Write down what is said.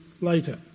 later